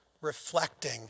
reflecting